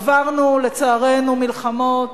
עברנו, לצערנו, מלחמות.